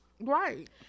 right